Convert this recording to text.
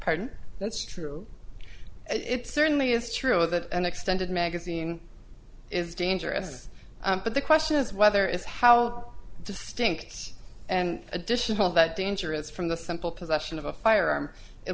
pardon that's true it certainly is true that an extended magazine is dangerous but the question is whether it's how distinct and additional that danger is from the simple possession of a firearm at